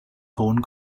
hohen